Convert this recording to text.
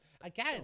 again